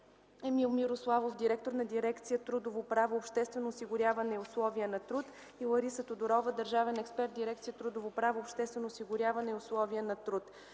Емил Мирославов – директор на дирекция „Трудово право, обществено осигуряване и условия на труд”, и Лариса Тодорова – държавен експерт в дирекция „Трудово право, обществено осигуряване и условия на труд”.